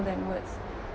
than words